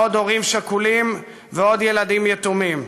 מעוד הורים שכולים ועוד ילדים יתומים,